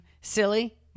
silly